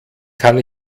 kann